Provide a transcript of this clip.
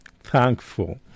Thankful